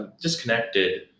disconnected